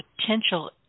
potential